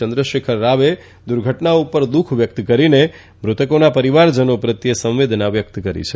ચંદ્રશેખર રાવે દુર્ધટના પર દુઃખ વ્યક્ત કરીને મૃતકોના પરિવારજનો પ્રત્યે સંવેદના વ્યક્ત કરી છે